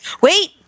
Wait